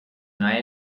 una